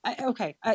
okay